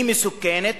היא מסוכנת,